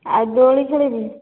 ଆଉ ଦୋଳି ଖେଳିବି